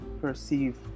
perceive